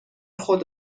خود